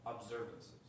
observances